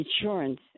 Insurance